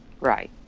Right